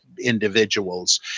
individuals